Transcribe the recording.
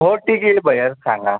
हो ठीक आहे बयाल सांगा